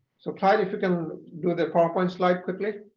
so clyde, if you can do the powerpoint slide quickly.